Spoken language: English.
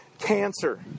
cancer